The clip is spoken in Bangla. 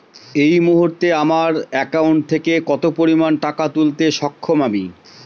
এই মুহূর্তে আমার একাউন্ট থেকে কত পরিমান টাকা তুলতে সক্ষম আমি?